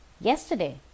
Yesterday